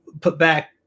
put-back